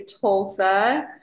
Tulsa